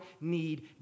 need